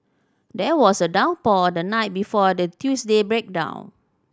there was a downpour the night before the Tuesday breakdown